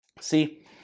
See